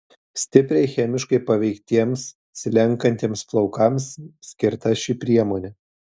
stipriai chemiškai paveiktiems slenkantiems plaukams skirta ši priemonė